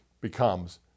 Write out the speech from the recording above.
becomes